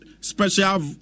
special